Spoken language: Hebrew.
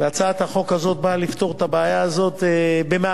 והצעת החוק הזאת באה לפתור את הבעיה הזאת מעט,